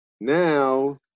now